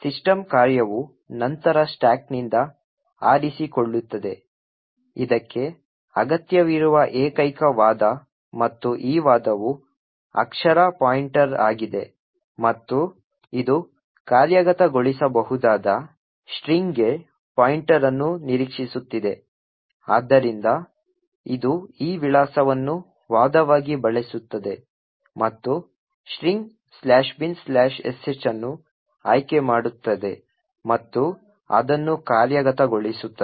system ಕಾರ್ಯವು ನಂತರ ಸ್ಟಾಕ್ನಿಂದ ಆರಿಸಿಕೊಳ್ಳುತ್ತದೆ ಇದಕ್ಕೆ ಅಗತ್ಯವಿರುವ ಏಕೈಕ ವಾದ ಮತ್ತು ಈ ವಾದವು ಅಕ್ಷರ ಪಾಯಿಂಟರ್ ಆಗಿದೆ ಮತ್ತು ಇದು ಕಾರ್ಯಗತಗೊಳಿಸಬಹುದಾದ ಸ್ಟ್ರಿಂಗ್ಗೆ ಪಾಯಿಂಟರ್ ಅನ್ನು ನಿರೀಕ್ಷಿಸುತ್ತಿದೆ ಆದ್ದರಿಂದ ಇದು ಈ ವಿಳಾಸವನ್ನು ವಾದವಾಗಿ ಬಳಸುತ್ತದೆ ಮತ್ತು ಸ್ಟ್ರಿಂಗ್ "binsh" ಅನ್ನು ಆಯ್ಕೆ ಮಾಡುತ್ತದೆ ಮತ್ತು ಅದನ್ನು ಕಾರ್ಯಗತಗೊಳಿಸುತ್ತದೆ